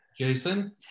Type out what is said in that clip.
Jason